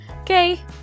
Okay